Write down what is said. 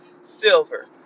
silver